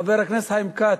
חבר הכנסת חיים כץ,